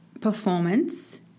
performance